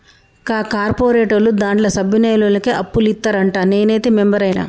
కా కార్పోరేటోళ్లు దాంట్ల సభ్యులైనోళ్లకే అప్పులిత్తరంట, నేనైతే మెంబరైన